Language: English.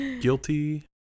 Guilty